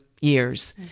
years